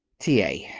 t. a,